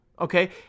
Okay